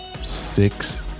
six